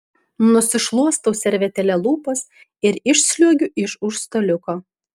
nusišluostau servetėle lūpas ir išsliuogiu iš už staliuko